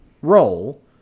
role